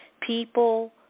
People